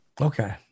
Okay